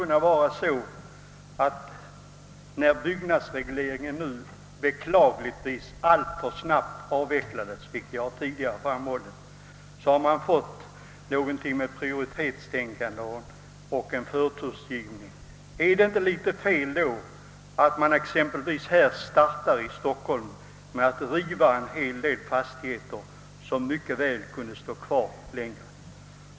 När byggnadsregleringen nu beklagligtvis — såsom jag tidigare framhållit — alltför snabbt avvecklats har vi i stället fått något av prioritetstänkande och förtursgivning. Är det inte då litet felaktigt att exempelvis här i Stockholm starta med att riva en hel del fastigheter som mycket väl kunde stå kvar längre?